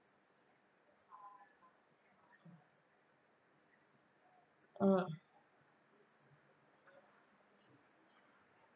mm